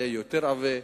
הוא היה יותר עבה.